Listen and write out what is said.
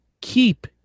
Keep